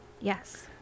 Yes